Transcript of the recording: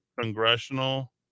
congressional